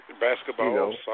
basketball